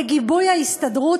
בגיבוי ההסתדרות,